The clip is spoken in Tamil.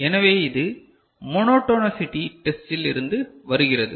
எனவே இது மோனோடோனிசிட்டி டெஸ்டில் இருந்து வருகிறது